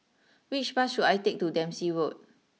which bus should I take to Dempsey Road